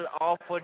offer